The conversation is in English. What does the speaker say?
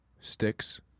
sticks